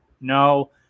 No